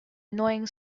annoying